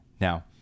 now